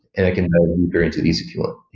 and i can go into these if you want.